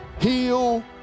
heal